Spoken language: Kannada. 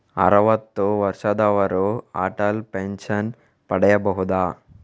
ಅರುವತ್ತು ವರ್ಷದವರು ಅಟಲ್ ಪೆನ್ಷನ್ ಪಡೆಯಬಹುದ?